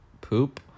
poop